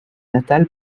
natale